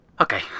Okay